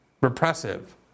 repressive